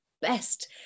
best